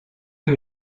que